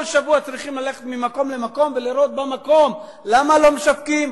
כל שבוע צריכים ללכת ממקום למקום ולראות במקום למה לא משווקים,